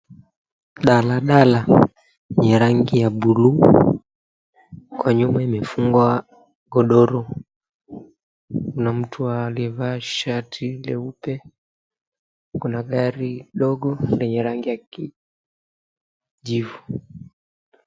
Daladala ya rangi ya buluu, huko nyuma imefungwa godoro. Kuna mtu aliyevaa shati leupe. Kuna gari dogo lenye rangi ya kijivu.